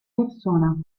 persona